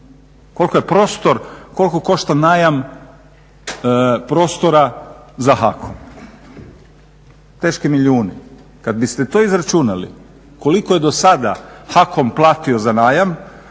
koliko je najam, koliko košta najam prostora za HAKOM. Teški milijuni. Kada biste to izračunali koliko je do sada HAKOM platio za najam,